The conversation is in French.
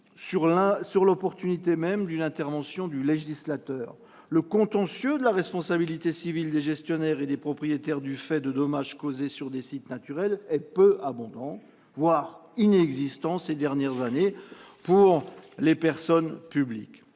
sur l'opportunité même d'une intervention du législateur. Le contentieux de la responsabilité civile des gestionnaires et des propriétaires du fait de dommages causés sur des sites naturels est peu abondant, voire inexistant, ces dernières années pour les personnes publiques.